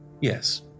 Yes